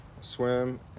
swim